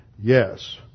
yes